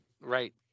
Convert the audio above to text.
Right